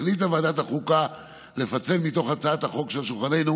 החליטה ועדת החוקה לפצל מתוך הצעת החוק שעל שולחננו